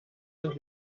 sind